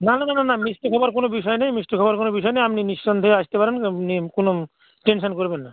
না না না না না মিসটেক হওয়ার কোনো বিষয় নেই মিসটেক হওয়ার কোনো বিষয় নেই আপনি নিঃসন্দেহে আসতে পারেন আপনি কোনো টেনশন করবেন না